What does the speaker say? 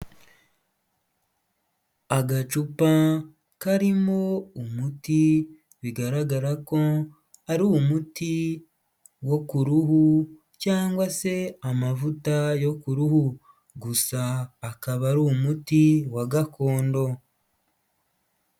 Agacupa karimo umuti bigaragara ko ari umuti wo k'uruhu cyangwa se amavuta yo k'uruhu gusa akaba ari umuti wa gakondo.